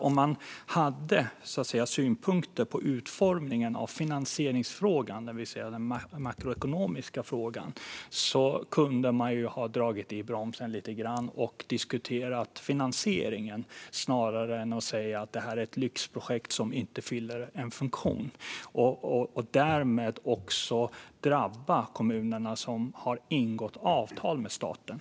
Om man hade synpunkter på utformningen av finansieringsfrågan, det vill säga den makroekonomiska frågan, kunde man ju ha dragit i bromsen lite grann och diskuterat finansieringen snarare än att säga att detta är ett lyxprojekt som inte fyller en funktion. Det drabbar också kommunerna som har ingått avtal med staten.